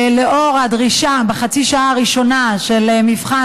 לאור הדרישה בחצי השעה הראשונה של מבחן